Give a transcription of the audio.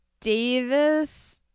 Davis